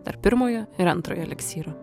tarp pirmojo ir antrojo eliksyro